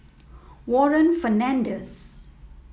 Warren Fernandez